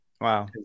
Wow